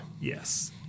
Yes